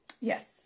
Yes